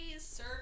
sir